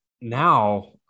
Now